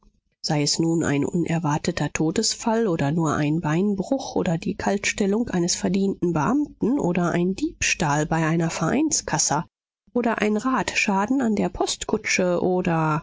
sei es nun ein unerwarteter todesfall oder nur ein beinbruch oder die kaltstellung eines verdienten beamten oder ein diebstahl bei einer vereinskassa oder ein radschaden an der postkutsche oder